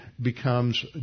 becomes